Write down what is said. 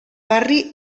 barri